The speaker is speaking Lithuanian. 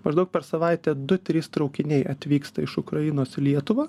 maždaug per savaitę du trys traukiniai atvyksta iš ukrainos į lietuvą